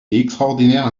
extraordinaire